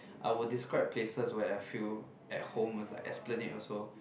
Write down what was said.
I will describe places where I feel at home it's like Esplanade also